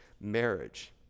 marriage